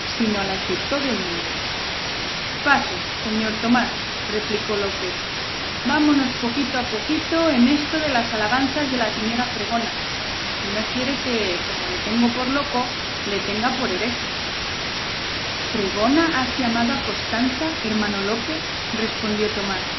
las de todo el mundo paso señor tomás replicó lope vámonos poquito a poquito en esto de las alabanzas de la señora fregona si no quiere que como le tengo por loco le tenga por hereje fregona has llamado a costanza hermano lope respondió tomás